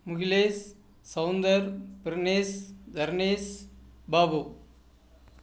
Mugilesh Soundar Prinesh Tharnesh Babu